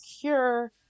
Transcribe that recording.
cure